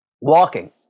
Walking